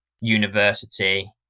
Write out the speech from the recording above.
university